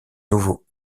nouveau